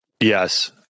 Yes